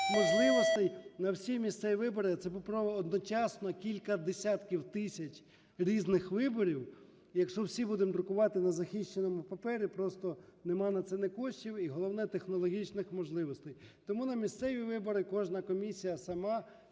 можливостей на всі місцеві вибори. А це одночасно кілька десятків тисяч різних виборів. І якщо всі будемо друкувати на захищеному папері, просто нема на це ні коштів, і головне, технологічних можливостей. Тому на місцеві вибори кожна комісія сама